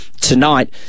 tonight